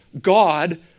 God